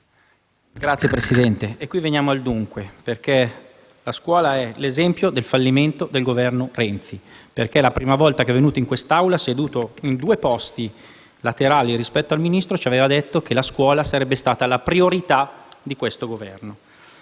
Signora Presidente, qui veniamo al dunque, perché la scuola è l'esempio del fallimento del Governo Renzi, dal momento che la prima volta che è venuto in quest'Aula, seduto due posti più in là rispetto al Ministro, il presidente Renzi ci aveva detto che la scuola sarebbe stata la priorità di questo Governo.